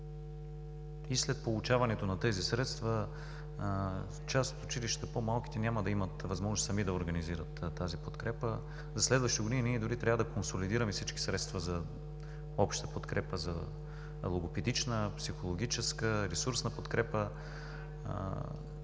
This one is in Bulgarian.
И след получаването на тези средства, част от по-малките училища няма да имат възможност сами да организират тази подкрепа. За следващите години ние дори трябва да консолидираме всички средства за обща подкрепа – за логопедична, психологическа, ресурсна.